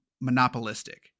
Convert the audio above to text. monopolistic